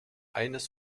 eines